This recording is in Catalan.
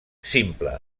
simple